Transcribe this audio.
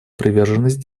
приверженность